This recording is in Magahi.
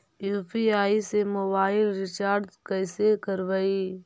यु.पी.आई से मोबाईल रिचार्ज कैसे करबइ?